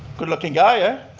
good looking guy, ah?